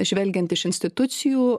žvelgiant iš institucijų